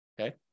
Okay